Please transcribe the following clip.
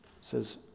says